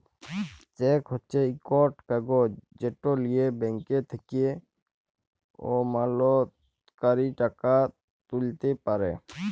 cheque হছে ইকট কাগজ যেট লিঁয়ে ব্যাংক থ্যাকে আমলাতকারী টাকা তুইলতে পারে